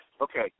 Okay